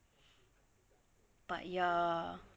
but ya